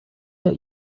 get